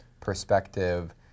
perspective